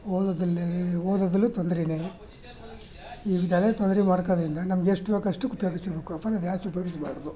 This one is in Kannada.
ಓದೋದರಲ್ಲಿ ಓದೋದರಲ್ಲೂ ತೊಂದರೇನೇ ಇದೆಲ್ಲ ತೊಂದರೆ ಮಾಡ್ಕೊಳ್ಳೋದ್ರಿಂದ ನಮಗೆಷ್ಟು ಬೇಕೋ ಅಷ್ಟಕ್ಕೆ ಉಪಯೋಗಿಸಬೇಕು ಜಾಸ್ತಿ ಉಪಯೋಗಿಸಬಾರ್ದು